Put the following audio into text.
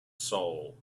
soul